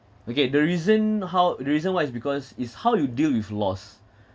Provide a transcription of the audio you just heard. okay the reason how the reason why is because it's how you deal with loss